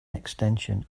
extension